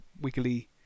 wiggly